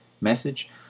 message